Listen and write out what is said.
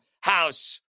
house